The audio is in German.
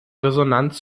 resonanz